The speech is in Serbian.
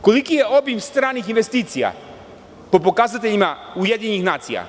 Koliki je obim stranih investicija po pokazateljima UN?